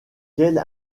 quelle